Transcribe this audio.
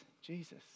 Jesus